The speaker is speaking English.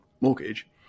mortgage